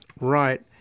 right